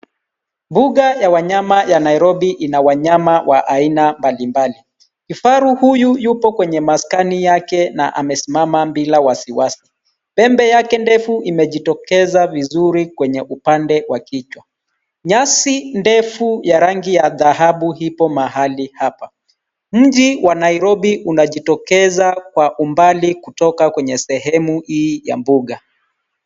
Mbuga ya wanyama ya Nairobi ina wanyama wa aina mbalimbali. Kifaru huyu yupo kwenye maskani yake na amesimama bila wasiwasi. Pembe yake ndefu imejitokeza vizuri kwenye upande wa kichwa. Nyasi ndefu ya rangi ya dhahabu ipo mahali hapa. Mji wa Nairobi unajitokeza kwa umbali kutoka kwenye sehemu hii ya mbuga.